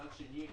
מצד שני,